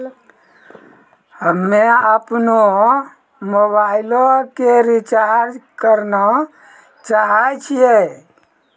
हम्मे अपनो मोबाइलो के रिचार्ज करना चाहै छिये